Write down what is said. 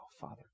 Father